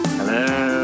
Hello